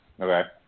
Okay